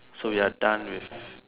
so we are done with